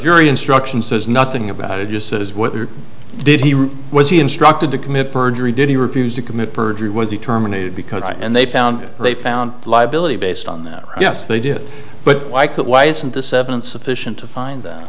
jury instruction says nothing about it just says what did he was he instructed to commit perjury did he refuse to commit perjury was he terminated because and they found they found liability based on that yes they did but i can't why isn't this evidence sufficient to find that